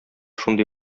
шундый